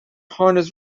harness